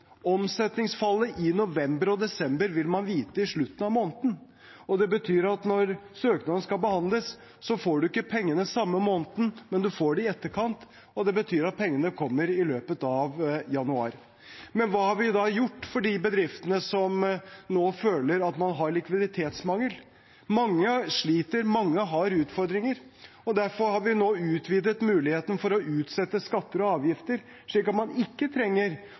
Omsetningsfallet i november og desember vil man vite i slutten av måneden, og det betyr at når søknader skal behandles, får du ikke pengene samme måneden, men du får dem i etterkant, og det betyr at pengene kommer i løpet av januar. Men hva har vi da gjort for de bedriftene som nå føler at de har likviditetsmangel? Mange sliter, mange har utfordringer, og derfor har vi nå utvidet muligheten til å utsette skatter og avgifter, slik at man ikke trenger